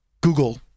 Google